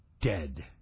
dead